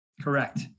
Correct